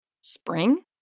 Spring